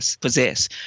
possess